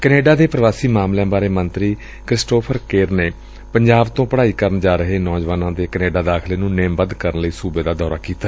Canada ਦੇ ਪ੍ਰਵਾਸੀ ਮਾਮਲਿਆਂ ਬਾਰੇ ਮੰਤਰੀ ਕ੍ਰਿਸਟੋਫਰ ਕੇਰ ਨੇ ਪੰਜਾਬ ਤੋਂ ਪੜਾਈ ਕਰਨ ਜਾ ਰਹੇ ਨੌਜਵਾਨਾਂ ਦੇ ਕੈਨੇਡਾ ਦਾਖਲੇ ਨੁੰ ਨੇਮਬੱਧ ਕਰਨ ਲਈ ਸੁਬੇ ਦਾ ਦੌਰਾ ਕੀਤਾ